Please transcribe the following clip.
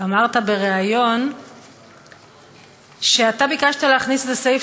אמרת בריאיון שאתה ביקשת להכניס את הסעיף